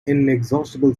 inexhaustible